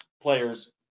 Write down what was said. players